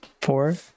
four